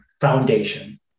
foundation